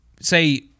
say